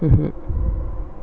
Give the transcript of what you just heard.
mmhmm